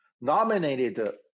nominated